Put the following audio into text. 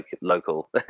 Local